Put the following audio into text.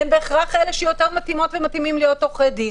הם בהכרח יותר מתאימות ומתאימים להיות עורכי דין.